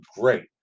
great